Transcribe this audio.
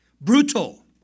brutal